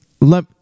let